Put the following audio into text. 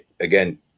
again